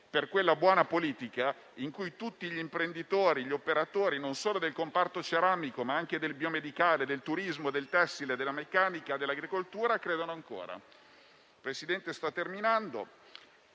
per quella buona politica in cui tutti gli imprenditori e gli operatori, non sono del comparto ceramico, ma anche di quello biomedicale, del turismo, del tessile, della meccanica, dell'agricoltura, credono ancora.